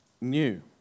new